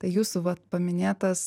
tai jūsų vat paminėtas